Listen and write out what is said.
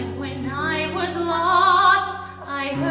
when i was lost i